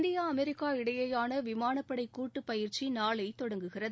India America இடையேயான விமானப்படை கூட்டுப் பயிற்சி நாளை தொடங்குகிறது